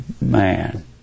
man